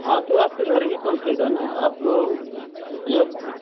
हाँ तो आपके घर भी पहुँचेगा ना आपको मतलब